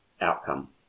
outcome